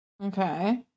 Okay